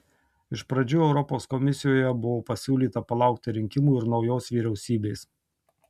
iš pradžių europos komisijoje buvo pasiūlyta palaukti rinkimų ir naujos vyriausybės